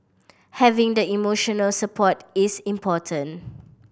having the emotional support is important